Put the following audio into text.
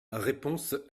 réponses